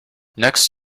next